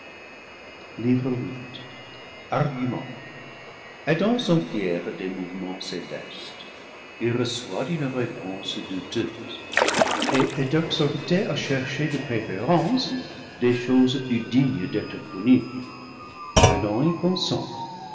argument adam s'enquiert des mouvements célestes il reçoit une réponse douteuse et est exhorté à chercher de préférence des choses plus dignes d'être connues adam y consent